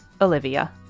Olivia